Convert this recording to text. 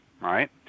right